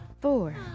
four